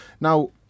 Now